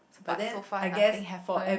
but so far nothing happened